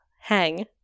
hang